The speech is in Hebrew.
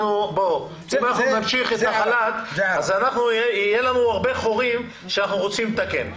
אם אנחנו נמשיך את החל"ת אז יהיו לנו הרבה חורים שאנחנו רוצים לתקן.